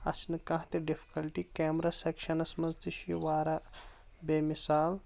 اتھ چھنہٕ کانہہ تہِ ڈفکلِٹی کیمرا سٮ۪کشنس منز تہِ چھُ یہِ واریاہ بے مثال